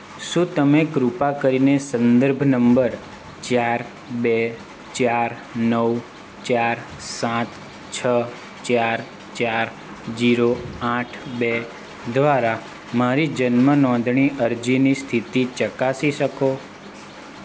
શું તમે કૃપા કરીને સંદર્ભ નંબર ચાર બે ચાર નવ ચાર સાત છ ચાર ચાર ઝીરો આઠ બે દ્વારા મારી જન્મ નોંધણી અરજીની સ્થિતિ ચકાસી શકો